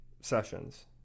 sessions